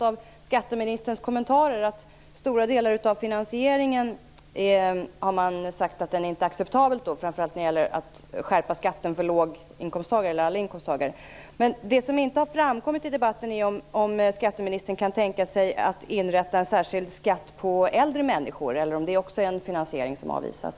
Av skatteministerns kommentarer har jag förstått att regeringen menar att stora delar av finansieringen inte är acceptabla, framför allt när det gäller att skärpa skatten för inkomsttagarna. Men det har inte framkommit i debatten om skatteministern kan tänka sig att inrätta en särskild skatt på äldre människor. Är det också en finansiering som avvisas?